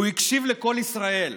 הוא הקשיב לקול ישראל,